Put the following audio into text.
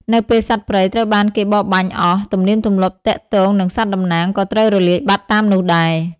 នៅពេលសត្វព្រៃត្រូវបានគេបរបាញ់អស់ ទំនៀមទម្លាប់ទាក់ទងនឹងសត្វតំណាងក៏ត្រូវរលាយបាត់តាមនោះដែរ។